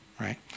right